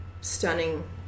stunning